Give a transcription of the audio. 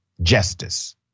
justice